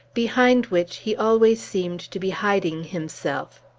behind which he always seemed to be hiding himself.